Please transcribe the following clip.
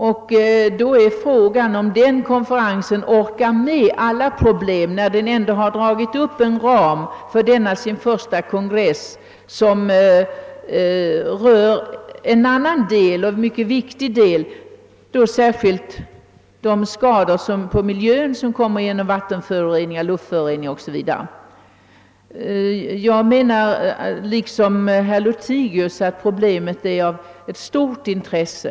Frågan är emellertid om denna konferens orkar med alla problem i samband med miljövårdsproblematiken. Denna första kongress skall ändå behandla en rad frågor som rör en annan och mycket viktig del härav, nämligen de skador på miljön som uppkommer genom vattenföroreningar, luftföroreningar 0. s. Vv. Jag menar liksom herr Lothigius, att problemet som tas upp i motionen, är av stort intresse.